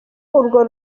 urwo